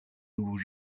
nouveaux